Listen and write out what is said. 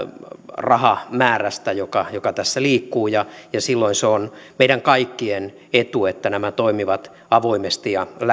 rahamäärästä joka joka tässä liikkuu ja ja silloin se on meidän kaikkien etu että nämä toimivat avoimesti ja